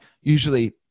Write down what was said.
usually